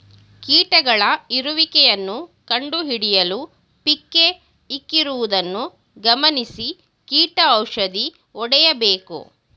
ಕೀಟಗಳ ಇರುವಿಕೆಯನ್ನು ಕಂಡುಹಿಡಿಯಲು ಪಿಕ್ಕೇ ಇಕ್ಕಿರುವುದನ್ನು ಗಮನಿಸಿ ಕೀಟ ಔಷಧಿ ಹೊಡೆಯಬೇಕು